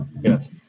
Yes